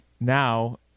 now